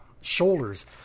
shoulders